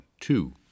Two